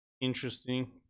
Interesting